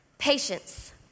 Patience